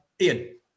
Ian